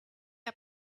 are